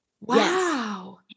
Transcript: Wow